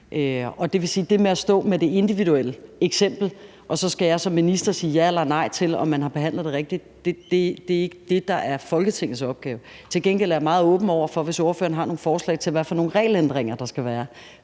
det med at stå med det individuelle eksempel, og at så skal jeg som minister sige ja eller nej til, om man har behandlet det rigtigt, ikke er det, der er Folketingets opgave. Til gengæld er jeg meget åben over for, hvis spørgeren har nogle forslag til, hvad for nogle regelændringer der skal være,